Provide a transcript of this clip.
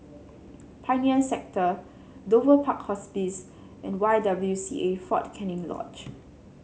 Pioneer Sector Dover Park Hospice and Y W C A Fort Canning Lodge